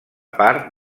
part